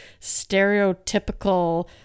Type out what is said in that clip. stereotypical